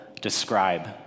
describe